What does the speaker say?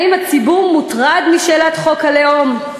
האם הציבור מוטרד משאלת חוק הלאום?